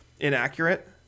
inaccurate